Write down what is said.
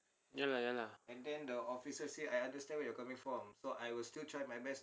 ya lah ya lah